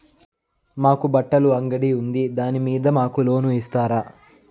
మాకు బట్టలు అంగడి ఉంది దాని మీద మాకు లోను ఇస్తారా